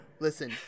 Listen